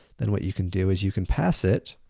then what you can do is you can pass it,